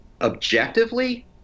objectively